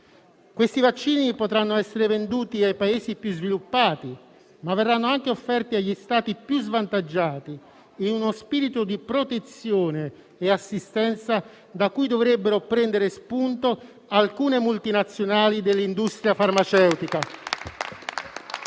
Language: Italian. Questi vaccini potranno essere venduti ai Paesi più sviluppati, ma verranno anche offerti agli Stati più svantaggiati, in uno spirito di protezione e assistenza da cui dovrebbero prendere spunto alcune multinazionali dell'industria farmaceutica.